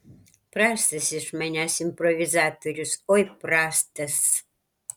prastas iš manęs improvizatorius oi prastas